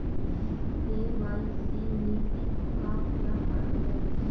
KYC नीति का क्या अर्थ है?